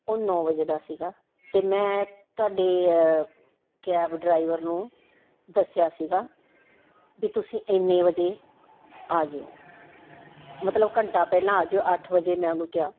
ਉਹ ਨੌਂ ਵਜੇ ਦਾ ਸੀਗਾ ਅਤੇ ਮੈਂ ਤੁਹਾਡੇ ਕੈਬ ਡਰਾਈਵਰ ਨੂੰ ਦੱਸਿਆ ਸੀਗਾ ਵੀ ਤੁਸੀਂ ਐਨੇ ਵਜੇ ਆ ਜਾਇਓ ਮਤਲਬ ਘੰਟਾ ਪਹਿਲਾਂ ਆ ਜਾਇਓ ਅੱਠ ਵਜੇ ਮੈਂ ਉਹਨੂੰ ਕਿਹਾ